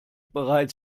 bereits